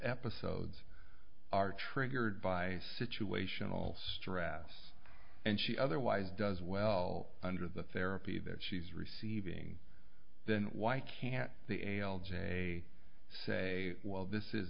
episodes are triggered by situational stress and she otherwise does well under the therapy that she's receiving then why can't the l j say well this is